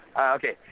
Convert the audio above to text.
okay